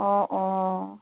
অঁ অঁ অঁ